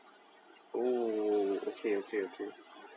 oh okay okay okay